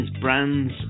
brands